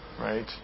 Right